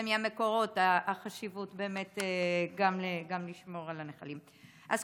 חשיבות השמירה על הנחלים היא מהמקורות.